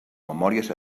memòries